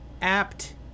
Apt